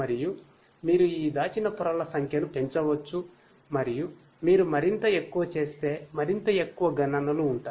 మరియు మీరు ఈ దాచిన పొరల సంఖ్యను పెంచవచ్చు మరియు మీరు మరింత ఎక్కువ చేస్తే మరింత ఎక్కువ గణనలు ఉంటాయి